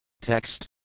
Text